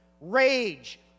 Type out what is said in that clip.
rage